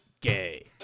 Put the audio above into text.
gay